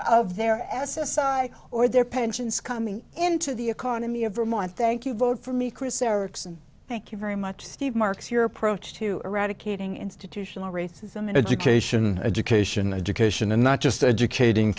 of their ass aside or their pensions coming into the economy of vermont thank you vote for me chris erickson thank you very much steve marks your approach to eradicating institutional racism in education education education and not just educating